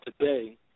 today